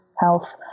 health